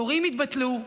תורים יתבטלו,